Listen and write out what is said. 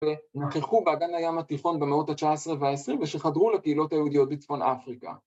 ‫שנוכחו באגן הים התיכון ‫במאות ה-19 וה-20 ‫ושחדרו לקהילות היהודיות ‫בצפון אפריקה.